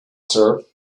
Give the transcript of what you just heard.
sir